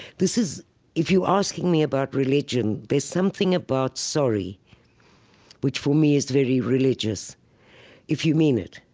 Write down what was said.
this is if you ask me about religion, there's something about sorry which, for me, is very religious if you mean it.